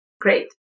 Great